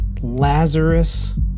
Lazarus